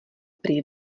prý